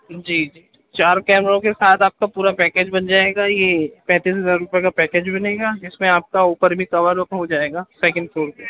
جی جی چار کیمروں کے ساتھ آپ کا پورا پیکیج بن جائے گا یہ پینتیس ہزار روپئے کا پیکیج بنے گا اِس میں آپ کا اوپر بھی کور ہو جائے گا سیکنڈ فلور پہ